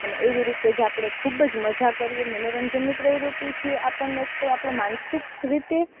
અને એવી રીતે જ આપણે ખૂબ જ મજા કરીએ મનોરંજનની પ્રવૃત્તિથી આપણને તો આપણું માનસિક રીતે